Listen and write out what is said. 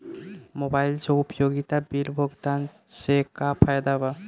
Mobile से उपयोगिता bill भुगतान से का फायदा बा?